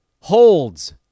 Holds